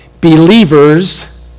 believers